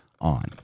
on